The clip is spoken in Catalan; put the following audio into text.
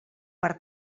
per